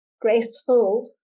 graceful